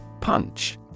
Punch